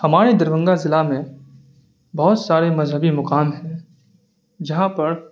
ہمارے دربھنگہ ضلع میں بہت سارے مذہبی مقام ہیں جہاں پر